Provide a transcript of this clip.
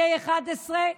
K11,